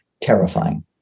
terrifying